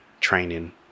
training